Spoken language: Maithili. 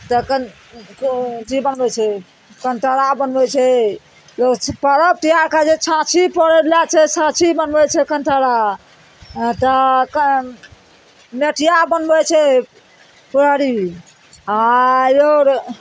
तऽ कन अथी बनबइ छै कन्टारा बनबइ छै पर्व तिहारके जे छाँछी पर्व लए छै छाँछी बनबइ छै कन्टारा मेचिया बनबइ छै पुरहरी आओर यौर